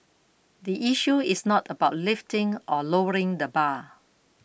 the issue is not about lifting or lowering the bar